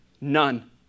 None